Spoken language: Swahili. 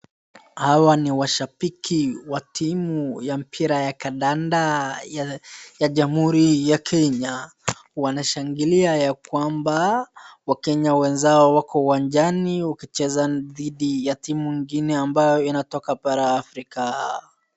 Hawa ni washabiki wa timu ya mpira ya kandanda ya Jamhuri ya Kenya. Wanashangilia ya kwamba Wakenya wenzao wako uwanjani wakicheza dhidi ya timu ingine ambayo inatoka bara Afrika.